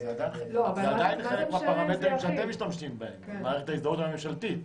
זה עדיין חלק מהפרמטרים שאתם משתמשים בהם במערכת ההזדהות הממשלתית.